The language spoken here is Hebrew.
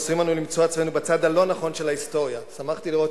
עשויים אנו למצוא עצמנו בצד הלא-נכון של ההיסטוריה" שמחתי לראות